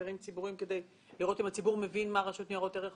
סקרים ציבוריים כדי לראות אם הציבור מבין מה רשות ניירות ערך עושה?